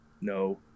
No